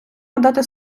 надати